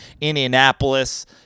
Indianapolis